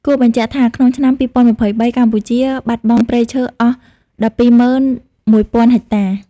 គួរបញ្ជាក់ថា ក្នុងឆ្នាំ២០២៣ កម្ពុជាបាត់បង់ព្រៃឈើអស់១២ម៉ឹន១ពាន់ហិកតា។